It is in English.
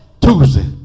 Tuesday